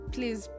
Please